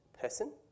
person